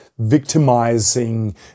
victimizing